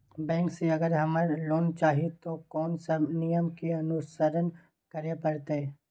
Bank से अगर हमरा लोन चाही ते कोन सब नियम के अनुसरण करे परतै?